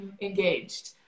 engaged